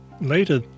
Later